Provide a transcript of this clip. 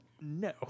no